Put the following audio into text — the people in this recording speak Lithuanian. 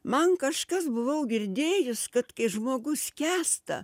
man kažkas buvau girdėjus kad kai žmogus skęsta